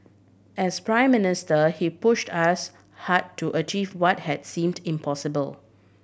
as Prime Minister he pushed us hard to achieve what had seemed impossible